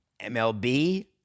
MLB